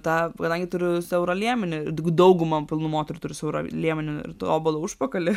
tą kadangi turiu siaurą liemenį dauguma pilnų moterų turi siaurą liemenį ir tobulą užpakalį